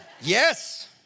Yes